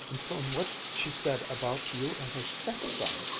and from what she said about you and her stepson,